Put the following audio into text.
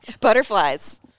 Butterflies